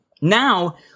Now